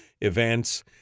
events